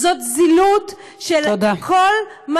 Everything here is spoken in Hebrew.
זאת זילות של כל, תודה.